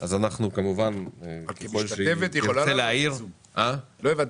--- לא הבנתי.